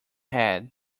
head